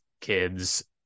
kids